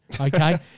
Okay